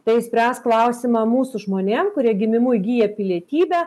tai spręs klausimą mūsų žmonėm kurie gimimu įgyja pilietybę